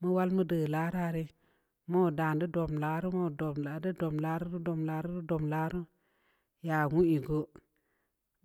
Mu wal mudə lara rə mu dadə dung larə-dung, lorə dung larə dung larə dung larə-dung larə ya wu ii ko